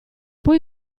poi